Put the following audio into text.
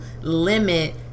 limit